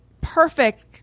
perfect